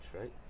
right